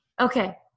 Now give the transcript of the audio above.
Okay